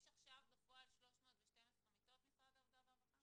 יש עכשיו בפועל 312 מיטות, משרד העבודה והרווחה?